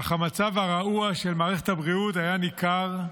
אך המצב הרעוע של מערכת הבריאות היה ניכר.